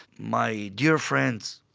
my dear friends,